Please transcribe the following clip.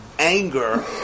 Anger